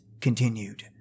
continued